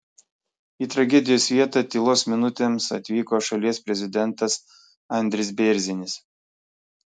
į tragedijos vietą tylos minutėms atvyko šalies prezidentas andris bėrzinis